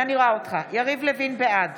בעד